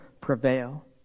prevail